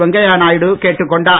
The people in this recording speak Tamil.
வெங்கையா நாயுடு கேட்டுக் கொண்டார்